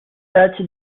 touch